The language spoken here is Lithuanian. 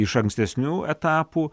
iš ankstesnių etapų